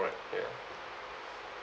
right ya